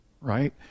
right